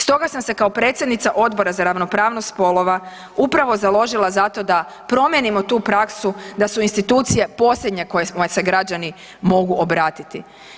Stoga sam se kao predsjednica Odbora za ravnopravnost spolova upravo založila za to da promijenimo tu praksu da su institucije posljednje kojima se građani mogu obratiti.